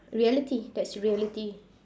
reality that's reality